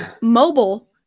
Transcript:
mobile